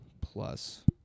plus